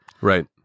Right